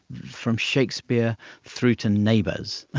from shakespeare through to neighbours.